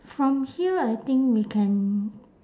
from here I think we can